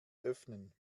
öffnen